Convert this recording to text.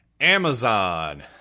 Amazon